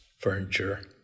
furniture